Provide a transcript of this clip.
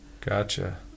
gotcha